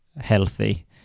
healthy